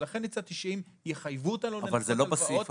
ולכן הצעתי שאם יחייבו אותנו --- אבל זה לא בסעיף הזה,